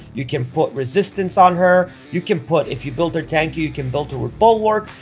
you can put resistance on her you can put if you build her tank you can build her with bulwark,